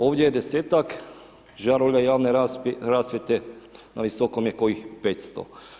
Ovdje je 10-tak žarulja javne rasvjete na Visokom je kojih 500.